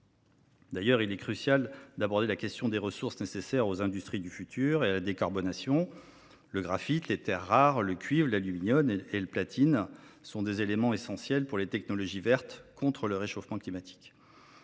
D’ailleurs, il est crucial d’aborder la question des ressources nécessaires aux industries du futur et à la décarbonation. Le graphite, les terres rares, le cuivre, l’aluminium et la platine sont des éléments essentiels pour les technologies vertes contre le réchauffement climatique.